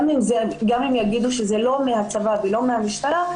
גם אם יגידו שזה לא מהצבא ולא מהמשטרה,